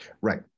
right